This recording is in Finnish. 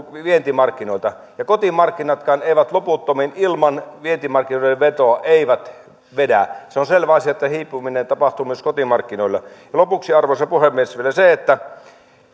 vientimarkkinoilta kotimarkkinatkaan eivät loputtomiin ilman vientimarkkinoiden vetoa vedä se on selvä asia että hiipuminen tapahtuu myös kotimarkkinoilla lopuksi arvoisa puhemies vielä se että